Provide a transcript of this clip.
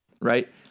Right